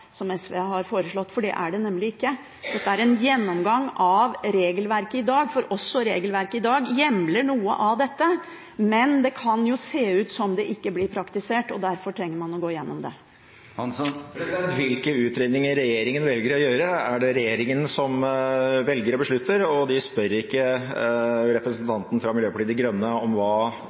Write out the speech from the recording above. rart SV har foreslått. Det er det nemlig ikke. Dette er en gjennomgang av regelverket i dag, for også regelverket i dag hjemler noe av dette. Men det kan se ut som om det ikke blir praktisert, og derfor trenger man å gå gjennom det. Hvilke utredninger regjeringen velger å gjøre, er det regjeringen som beslutter, og de spør ikke representanten fra Miljøpartiet De Grønne hva jeg synes om